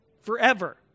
forever